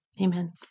Amen